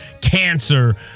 cancer